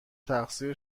تقصیر